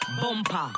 Bumper